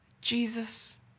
Jesus